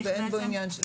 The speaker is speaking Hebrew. ואין בו עניין --- שמאריך?